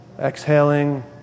Exhaling